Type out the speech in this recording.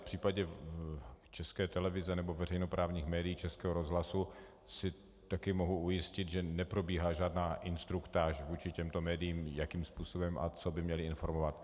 V případě České televize nebo veřejnoprávních médií Českého rozhlasu také mohu ujistit, že neprobíhá žádná instruktáž vůči těmto médiím, jakým způsobem a o čem by měla informovat.